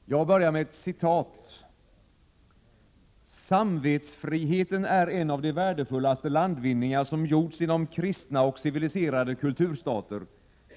Herr talman! Jag börjar med ett citat: ”Samvetsfriheten är en av de värdefullaste landvinningar som gjorts inom kristna och civiliserade kulturstater.